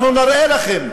אנחנו נראה לכם.